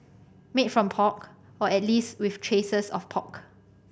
made from pork or at least with traces of pork